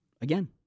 again